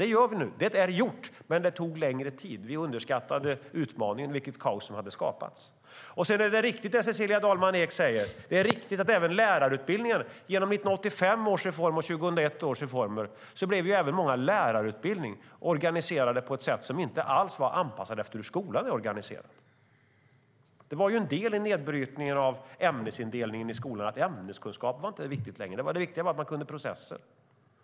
Det har vi gjort, men det tog längre tid än vi trodde. Vi underskattade utmaningen och det kaos som hade skapats. Det är riktigt som Cecilia Dalman Eek säger, att även lärarutbildningen genom 1985 års och 2001 års reformer organiserades på ett sätt som inte alls var anpassat efter hur skolan var organiserad. Det var ju en del i nedbrytningen av ämnesindelningen i skolorna. Ämneskunskaperna var inte längre viktiga. Det viktiga var att man hade kunskap om processen.